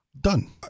done